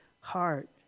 heart